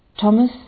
Thomas